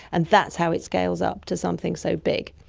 and that's how it scales up to something so big.